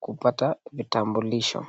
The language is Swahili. kupata vitambulisho.